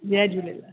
Jay Jhulelal